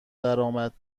درآمد